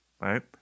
right